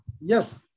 yes